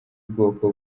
bwoko